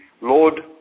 Lord